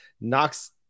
knocks